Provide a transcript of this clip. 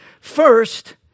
First